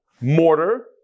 mortar